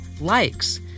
likes